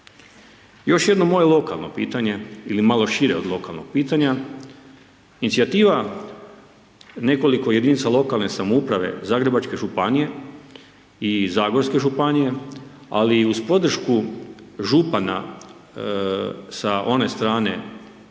Još jedno moje lokalno pitanje ili malo šire od lokalnog pitanja. Inicijativa nekoliko jedinica lokalne samouprave Zagrebačke županije i Zagorske županije ali i uz podršku župana sa one strane